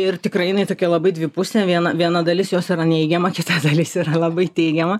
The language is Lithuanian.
ir tikrai jinai tokia labai dvipusė vien viena dalis jos yra neigiama kita dalis yra labai teigiama